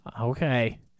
Okay